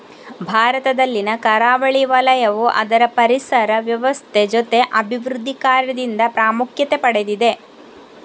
ಭಾರತದಲ್ಲಿನ ಕರಾವಳಿ ವಲಯವು ಅದರ ಪರಿಸರ ವ್ಯವಸ್ಥೆ ಜೊತೆ ಅಭಿವೃದ್ಧಿ ಕಾರ್ಯದಿಂದ ಪ್ರಾಮುಖ್ಯತೆ ಪಡೆದಿದೆ